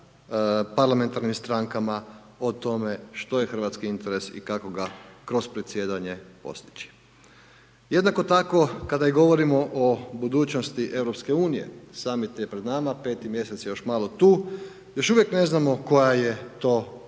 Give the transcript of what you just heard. sa parlamentarnim strankama, o tome što je hrvatski interes i kako ga kroz predsjedanje postići. Jednako tako, kada govorimo o budućnosti Europske unije, Summit je pred nama, 5. mjesec još malo tu, još uvijek ne znamo koja je to politika